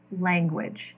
language